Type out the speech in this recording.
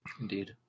Indeed